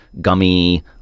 gummy